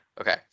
Okay